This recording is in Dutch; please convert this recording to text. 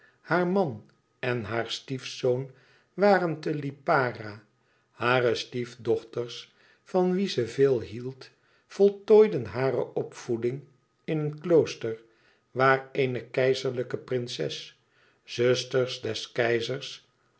haar man en haar stiefzoon waren te lipara hare stiefdochters van wie ze veel hield voltooiden hare opvoeding in een klooster waar eene keizerlijke prinses zuster des keizers